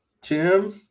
Tim